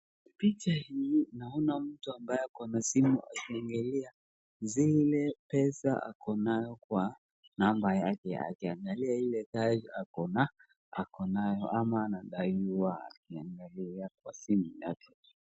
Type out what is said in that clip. Picha hii naona mtu ambaye ako na simu akiangalia zile pesa ako nayo kwa namba yake, akiangalia ile dai ako nayo ama anadaiwa akiangalia kwa simu yake.